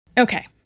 Okay